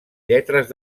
lletres